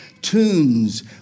tunes